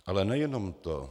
Ale nejenom to.